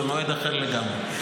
במועד אחר לגמרי.